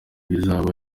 bizaba